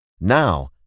Now